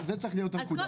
אז תחשבו על פתרון.